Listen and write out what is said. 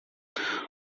como